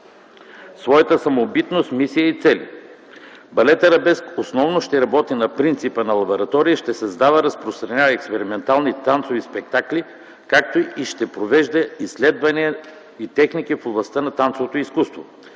своята самобитност, мисия и цели. Балет „Арабеск” основно ще работи на принципа на лаборатория и ще създава и разпространява експериментални танцови спектакли, както и ще провежда изследвания и техники в областта на танцовото изкуство.